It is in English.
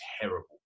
terrible